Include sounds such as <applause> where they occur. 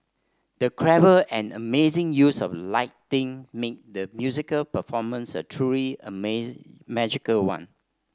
the clever and amazing use of lighting made the musical performance a truly <unintelligible> magical one